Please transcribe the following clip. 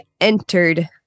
entered